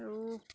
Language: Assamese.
আৰু